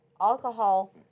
alcohol